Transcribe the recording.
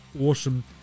awesome